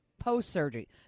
post-surgery